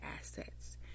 assets